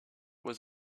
was